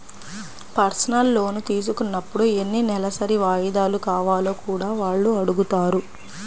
personal loan తీసుకున్నప్పుడు ఎన్ని నెలసరి వాయిదాలు కావాలో కూడా వాళ్ళు అడుగుతారు